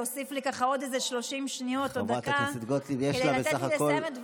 להוסיף לי ככה עוד איזה 30 שניות או דקה כדי לתת לי לסיים את דבריי.